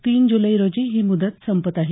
तीन जुलै रोजी ही मुदत संपते आहे